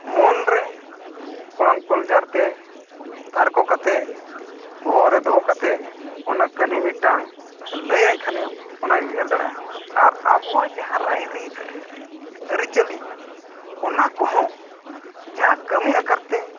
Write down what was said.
ᱢᱚᱱ ᱨᱮ ᱠᱚᱲᱟᱢ ᱠᱚᱞᱡᱟᱨ ᱛᱮ ᱛᱟᱨᱠᱳ ᱠᱟᱛᱮᱫ ᱵᱚᱦᱚᱜ ᱨᱮ ᱫᱚᱦᱚ ᱠᱟᱛᱮᱫ ᱚᱱᱟ ᱠᱟᱹᱦᱱᱤ ᱢᱤᱫᱴᱟᱝ ᱞᱟᱹᱭᱟᱭ ᱠᱷᱟᱱᱮᱢ ᱚᱱᱟᱭ ᱩᱭᱦᱟᱹᱨ ᱫᱟᱲᱮᱭᱟᱜᱼᱟ ᱟᱨ ᱟᱵᱚᱣᱟᱜ ᱡᱟᱦᱟᱸ ᱨᱟᱭᱨᱤᱛ ᱟᱹᱨᱤᱪᱟᱹᱞᱤ ᱚᱱᱟ ᱠᱚᱦᱚᱸ ᱡᱟᱦᱟᱸ ᱠᱟᱹᱢᱤ ᱟᱠᱟᱨ ᱛᱮ